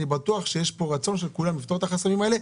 אני בטוח שיש פה רצון של כולם לפתור את החסמים האלה.